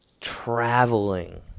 traveling